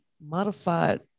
modified